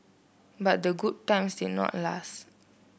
but the good times did not last